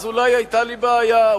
אז אולי היתה לי בעיה.